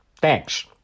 Thanks